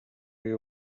you